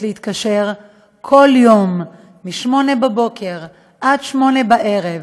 להתקשר כל יום מ-08:00 בוקר עד 20:00 בערב,